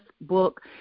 book